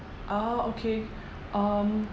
ah okay um